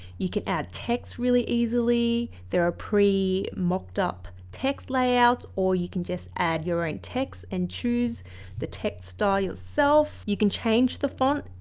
you can add text really easily, there are pre-mocked up text layouts or you can just add your own text and choose the text style yourself. you can change the font.